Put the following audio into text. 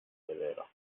severa